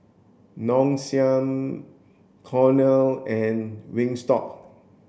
Nong Shim Cornell and Wingstop